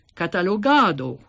catalogado